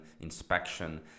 inspection